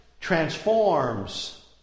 transforms